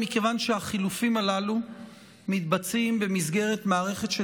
מכיוון שהחילופים הללו מתבצעים במסגרת מערכת של